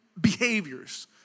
behaviors